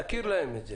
נכיר להם אותם.